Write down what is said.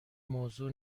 موضوع